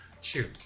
Shoot